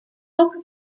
coca